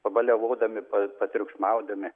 pabaliavodami patriukšmaudami